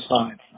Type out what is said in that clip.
sign